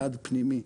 יעד פנימי,